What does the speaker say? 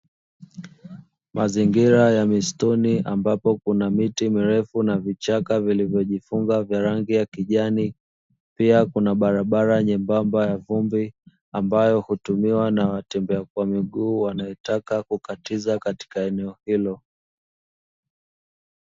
Mazingira ya misituni ambapo kuna miti mirefu na vichaka vilivyojifunga vya rangi ya kijani ,pia kuna barabara nyembamba ya vumbi ambayo hutumiwa na watembea kwa miguu wanaotaka kukatiza katika eneo hilo.